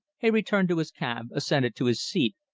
he returned to his cab, ascended to his seat,